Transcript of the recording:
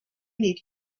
need